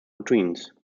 routines